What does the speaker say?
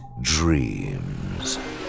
dreams